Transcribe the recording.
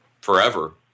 forever